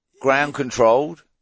ground-controlled